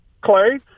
Clay